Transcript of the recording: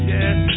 Yes